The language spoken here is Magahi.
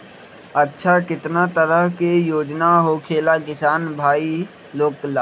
अच्छा कितना तरह के योजना होखेला किसान भाई लोग ला?